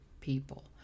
people